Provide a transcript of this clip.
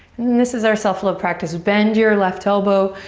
this is our self love practice. bend your left elbow,